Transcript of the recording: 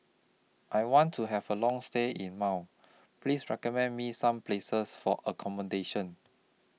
I want to Have A Long stay in Male Please recommend Me Some Places For accommodation